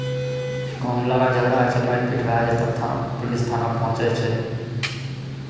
खूब लड़ाइ झगड़ा होइ छै मारि पीट भए गेल तब पुलिस थाना पहुँचै छै